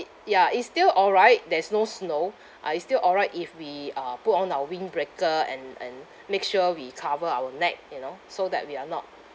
ya it's still all right there's no snow uh it's still all right if we uh put on our windbreaker and and make sure we cover our neck you know so that we are not